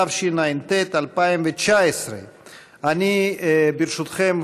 התשע"ט 2019. ברשותכם,